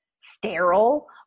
sterile